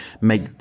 make